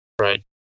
right